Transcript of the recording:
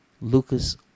Lucas